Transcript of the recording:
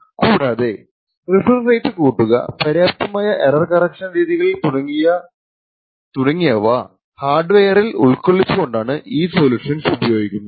കൂടാതെ refresh rate കൂട്ടുക പര്യാപ്തമായ എറർ കറക്ഷൻ രീതികൾ തുടങ്ങിയവ ഹാർഡ്വെയറിൽ ഉൾകൊള്ളിച്ചുകൊണ്ടാണ് ഈ സൊല്യൂഷൻസ് ഉപയോഗപ്പെടുത്തുന്നത്